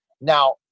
Now